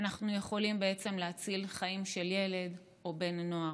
אנחנו יכולים בעצם להציל חיים של ילד או בן נוער.